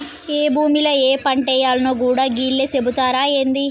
ఏ భూమిల ఏ పంటేయాల్నో గూడా గీళ్లే సెబుతరా ఏంది?